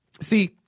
See